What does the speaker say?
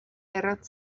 eran